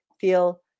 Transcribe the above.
feel